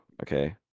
Okay